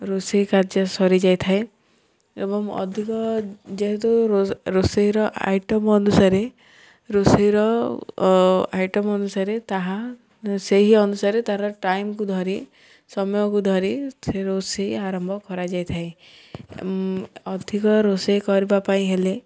ରୋଷେଇ କାର୍ଯ୍ୟ ସରିଯାଇଥାଏ ଏବଂ ଅଧିକ ଯେହେତୁ ରୋଷେଇର ଆଇଟମ୍ ଅନୁସାରେ ରୋଷେଇର ଆଇଟମ୍ ଅନୁସାରେ ତାହା ସେହି ଅନୁସାରେ ତାର ଟାଇମ୍କୁ ଧରି ସମୟକୁ ଧରି ସେ ରୋଷେଇ ଆରମ୍ଭ କରାଯାଇଥାଏ ଅଧିକ ରୋଷେଇ କରିବା ପାଇଁ ହେଲେ